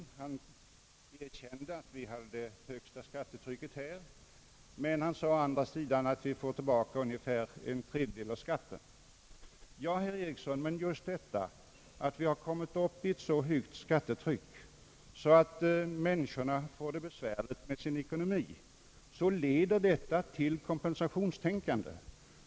Han erkände att vi har det högsta skattetrycket, men han sade å andra sidan att vi får tillbaka ungefär en tredjedel av skatten. Ja, herr Eriksson, men just det förhållandet att vi har fått ett så högt skattetryck att mäniskorna får det besvärligt med sin ekonomi leder till ett kompensationstänkande.